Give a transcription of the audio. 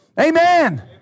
amen